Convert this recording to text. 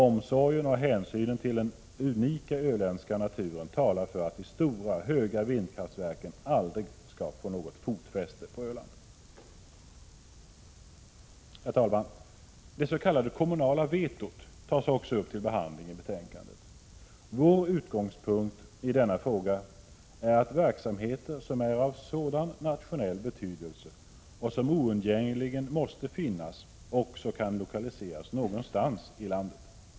Omsorgen och hänsynen om den unika öländska naturen talar för att de stora, höga vindkraftverken aldrig skall få något fotfäste på Öland. Herr talman! Det s.k. kommunala vetot tas också upp till behandling i betänkandet. Vår utgångspunkt i denna fråga är att verksamheter som är av nationell betydelse och som oundgängligen måste finnas också kan lokaliseras någonstans i landet.